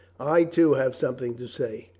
i, too, have something to say.